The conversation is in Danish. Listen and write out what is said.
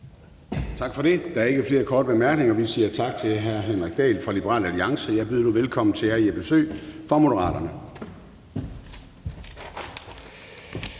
Tak for det. Der er ikke flere korte bemærkninger. Vi siger tak til hr. Henrik Dahl fra Liberal Alliance. Jeg byder nu velkommen til hr. Jeppe Søe fra Moderaterne.